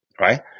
right